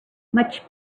much